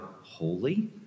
holy